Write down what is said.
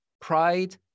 pride